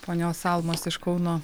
ponios almos iš kauno